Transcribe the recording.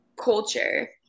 culture